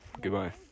goodbye